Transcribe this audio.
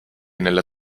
nella